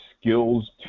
skills